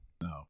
No